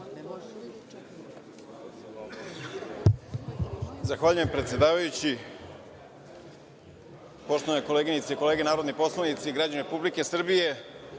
Zahvaljujem predsedavajući. Poštovane koleginice i kolege narodni poslanici i građani Republike Srbije,